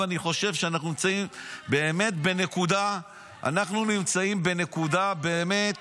ואני חושב שאנחנו נמצאים באמת בנקודה --- אולי יהיה